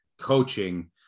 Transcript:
coaching